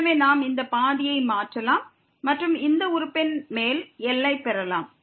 எனவே நாம் இந்த பாதியை மாற்றலாம் மற்றும் இந்த உறுப்பின் மேல் எல்லையை பெறலாம்